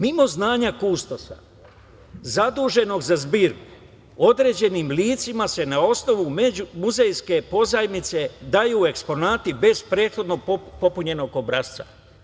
Mimo znanja kustosa zaduženog za zbirku određenim licima se na osnovu muzejske pozajmice daju eksponati bez prethodno popunjenog obrasca.